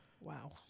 Wow